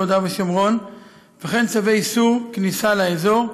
יהודה ושומרון וכן צווי איסור כניסה לאזור,